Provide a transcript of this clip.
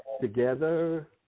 together